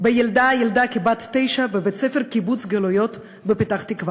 בילדה כבת תשע בבית-הספר "קיבוץ גלויות" בפתח-תקווה.